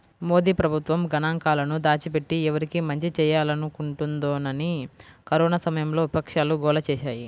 మోదీ ప్రభుత్వం గణాంకాలను దాచిపెట్టి, ఎవరికి మంచి చేయాలనుకుంటోందని కరోనా సమయంలో విపక్షాలు గోల చేశాయి